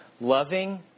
Loving